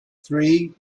three